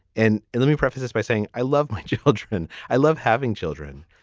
and let me preface this by saying i love my children. i love having children